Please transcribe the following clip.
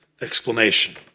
Explanation